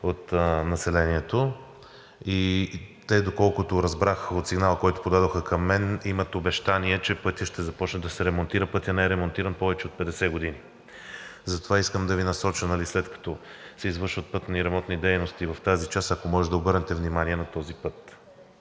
от населението и те, доколкото разбрах от сигнала, който подадоха към мен, имат обещание, че пътят ще започне да се ремонтира. Пътят не е ремонтиран повече от 50 години. Затова искам да Ви насоча, след като се извършват пътни и ремонтни дейности в тази част, ако може да обърнете внимание на този път.